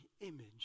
image